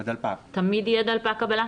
תמיד יהיה דלפק קבלה?